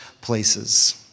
places